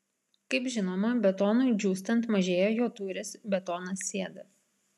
kaip žinoma betonui džiūstant mažėja jo tūris betonas sėda